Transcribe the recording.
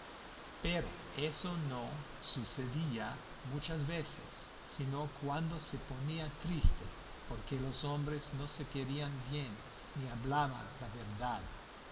pero eso no sucedía muchas veces sino cuando se ponía triste porque los hombres no se querían bien ni hablaban la verdad